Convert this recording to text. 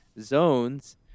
zones